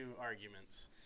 arguments